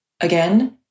Again